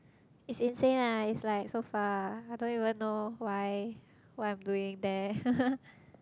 is insane lah is like so far I don't even know why why I'm doing there